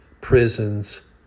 prisons